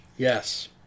Yes